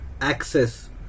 access